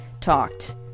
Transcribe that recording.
talked